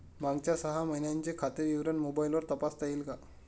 मागच्या सहा महिन्यांचे खाते विवरण मोबाइलवर तपासता येईल का?